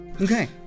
Okay